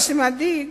מה שמדאיג